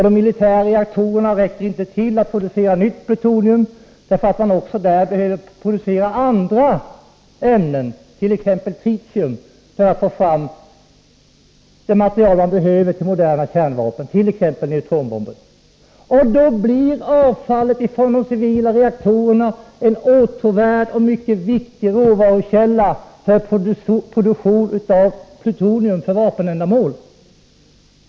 De militära reaktorerna räcker inte till för att producera nytt plutonium, eftersom man där också behöver producera andra ämnen, t.ex. tritium, för att få fram det material som erfordras för moderna kärnvapen, såsom neutronbomber. Då blir avfallet från de civila reaktorerna en åtråvärd och mycket viktig råvarukälla för produktion av plutonium för vapenändamål.